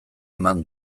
eman